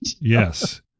Yes